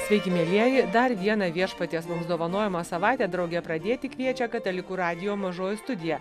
sveiki mielieji dar vieną viešpaties mums dovanojama savaitė drauge pradėti kviečia katalikų radijo mažoji studija